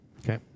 Okay